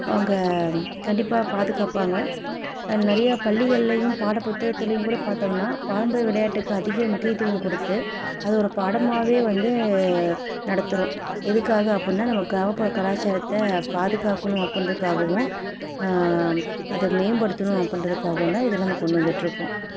அவங்க கண்டிப்பாக பாதுகாப்பாங்க நிறையா பள்ளிகள்லையும் பாடப் புத்தகத்துலையும் கூட பார்த்தம்னா பாரம்பரிய விளையாட்டுக்கு அதிக முக்கியத்துவம் கொடுத்து அது ஒரு பாடமாகவே வந்து நடத்துகிறோம் எதுக்காக அப்புடின்னா நம்ம கிராமப்புற கலாச்சாரத்தை பாதுகாக்கணும் அப்புடின்றதுக்காகவும் அதை மேம்படுத்தணும் அப்புடின்றதுக்காகவும் தான் இதை நம்ம கொண்டு வந்துகிட்ருக்கோம்